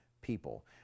people